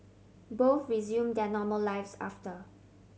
both resume their normal lives after